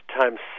times